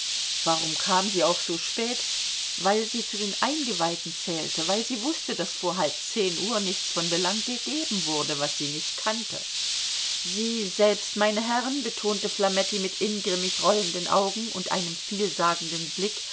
warum kam sie auch so spät weil sie zu den eingeweihten zählte weil sie wußte daß vor halb zehn uhr nichts von belang gegeben wurde was sie nicht kannte sie selbst meine herren betonte flametti mit ingrimmig rollenden augen und einem vielsagenden blick